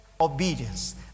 obedience